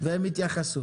ואחר כך הם יתייחסו.